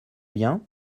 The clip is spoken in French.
bien